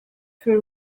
für